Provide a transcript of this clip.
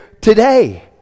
today